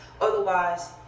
otherwise